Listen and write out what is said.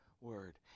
word